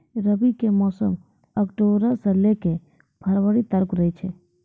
रबी के मौसम अक्टूबरो से लै के फरवरी तालुक रहै छै